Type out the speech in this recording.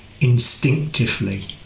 instinctively